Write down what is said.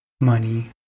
money